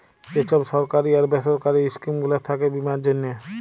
যে ছব সরকারি আর বেসরকারি ইস্কিম গুলা থ্যাকে বীমার জ্যনহে